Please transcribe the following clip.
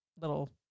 little